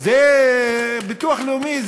זה הביטוח הלאומי.